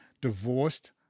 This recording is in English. divorced